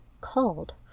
called